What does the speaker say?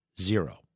Zero